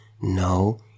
no